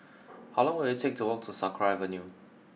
how long will it take to walk to Sakra Avenue